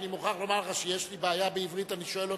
אני מוכרח לומר לך שכשיש לי בעיה בעברית אני שואל אותך,